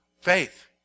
Faith